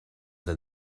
than